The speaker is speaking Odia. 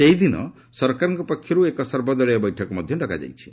ସେହିଦିନ ସରକାରଙ୍କ ପକ୍ଷରୁ ଏକ ସର୍ବଦଳୀୟ ବୈଠକ ଡକାଯାଇଛି